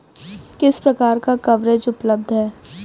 किस प्रकार का कवरेज उपलब्ध है?